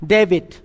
David